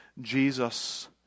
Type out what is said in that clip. Jesus